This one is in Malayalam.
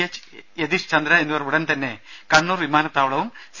എച്ച് യതീഷ്ചന്ദ്ര എന്നിവർ ഉടൻതന്നെ കണ്ണൂർ വിമാനത്താവളവും സി